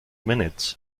minutes